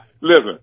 Listen